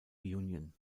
union